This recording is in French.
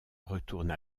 retourne